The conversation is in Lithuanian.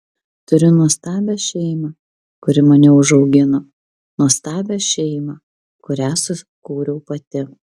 turiu nuostabią šeimą kuri mane užaugino nuostabią šeimą kurią sukūriau pati